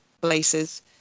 places